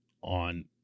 on